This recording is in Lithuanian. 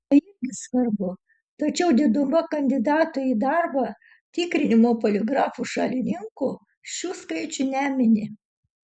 tai irgi svarbu tačiau diduma kandidatų į darbą tikrinimo poligrafu šalininkų šių skaičių nemini